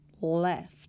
left